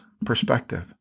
perspective